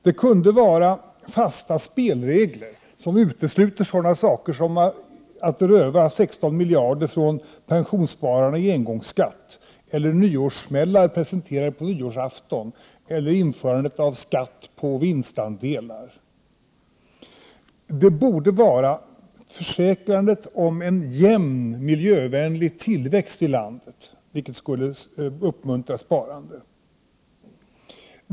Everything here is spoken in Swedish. Det kunde vara fasta spelregler som utesluter sådana åtgärder som att röva 16 miljarder kronor från pensionsspararna i engångsskatt, eller nyårssmällar presenterade på nyårsafton, eller införandet av skatt på vinstandelar. Det borde vara försäkrandet om en jämn miljövänlig tillväxt i landet, vilket skulle uppmuntra sparande.